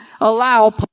allow